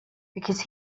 because